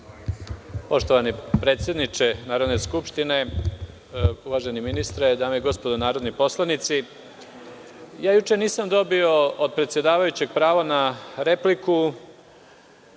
Poštovani predsedniče Narodne skupštine, uvaženi ministre, dame i gospodo narodni poslanici, juče nisam dobio od predsedavajućeg pravo na repliku,